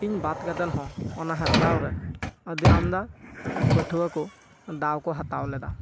ᱤᱧ ᱵᱟᱫᱽ ᱠᱟᱛᱮ ᱦᱚᱸ ᱟᱰᱤ ᱟᱢᱫᱟ ᱯᱟᱹᱴᱷᱩᱭᱟᱹ ᱠᱚ ᱫᱟᱣᱠᱚ ᱦᱟᱛᱟᱣ ᱞᱮᱫᱟ